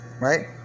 right